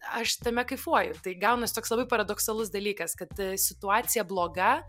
aš tame kaifuoju tai gaunas toks labai paradoksalus dalykas kad situacija bloga